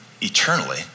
eternally